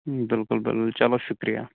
بِلکُل بدل چلو شُکرِیا